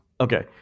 Okay